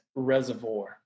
Reservoir